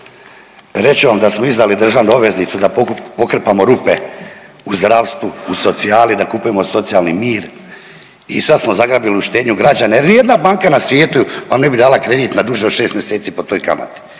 ću vam da smo izdali državne obveznice da pokrpamo rupe u zdravstvu u socijali da kupujemo socijalni mir i sad smo zagrabili u štednju građana jer ni jedna banka na svijetu vam ne bi dala kredit na duže od 6 mjeseci po toj kamati.